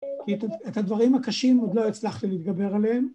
‫כי את הדברים הקשים ‫עוד לא הצלחתי להתגבר עליהם.